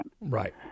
Right